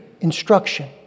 Instruction